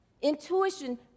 Intuition